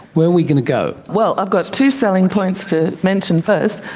where are we going to go? well, i've got two selling points to mention first.